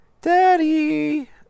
daddy